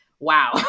wow